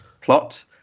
plot